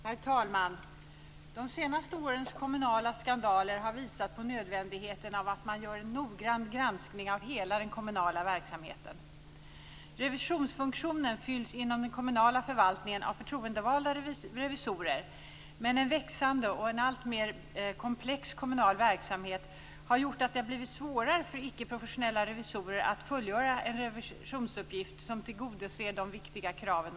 Herr talman! De senaste årens kommunala skandaler har visat på nödvändigheten av att göra en noggrann granskning av hela den kommunala verksamheten. Revisionsfunktionen fylls inom den kommunala förvaltningen av förtroendevalda revisorer, men en växande och alltmer komplex kommunal verksamhet har gjort att det har blivit svårare för ickeprofessionella revisorer att fullgöra en revisionsuppgift som tillgodoser de viktiga kraven.